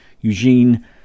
Eugene